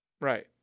Right